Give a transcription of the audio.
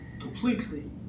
completely